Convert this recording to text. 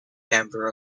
member